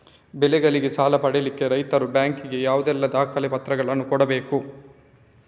ಬೆಳೆಗಳಿಗೆ ಸಾಲ ಪಡಿಲಿಕ್ಕೆ ರೈತರು ಬ್ಯಾಂಕ್ ಗೆ ಯಾವುದೆಲ್ಲ ದಾಖಲೆಪತ್ರಗಳನ್ನು ಕೊಡ್ಬೇಕು?